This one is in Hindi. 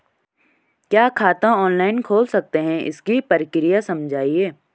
क्या खाता ऑनलाइन खोल सकते हैं इसकी प्रक्रिया समझाइए?